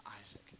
Isaac